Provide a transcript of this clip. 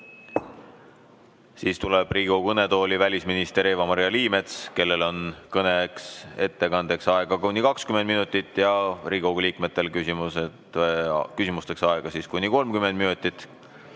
Siis tuleb Riigikogu kõnetooli välisminister Eva-Maria Liimets, kellel on kõneks aega kuni 20 minutit ja Riigikogu liikmetel küsimusteks kuni 30 minutit.